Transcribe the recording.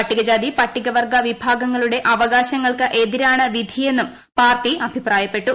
പട്ടിക ജാതിപട്ടികവർഗ്ഗ വിഭാഗങ്ങളുടെ അവകാശങ്ങൾക്ക് എതിരാണ് വിധിയെന്നും പാർട്ടി അഭിപ്രായപ്പെട്ടു